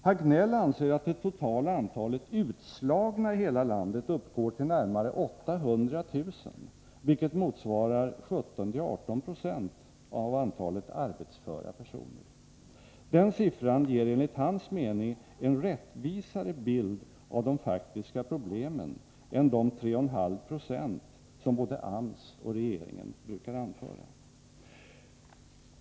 Hagnell anser att det totala antalet ”utslagna” i hela landet uppgår till närmare 800 000, vilket motsvarar 17-18 20 av antalet arbetsföra personer. Den siffran ger enligt hans mening en rättvisare bild av de faktiska problemen än de 3,5 20 som både AMS och regeringen brukar anföra.